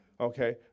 Okay